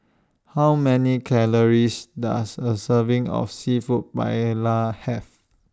How Many Calories Does A Serving of Seafood Paella Have